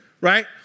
right